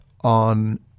on